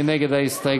מי נגד ההסתייגות?